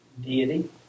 deity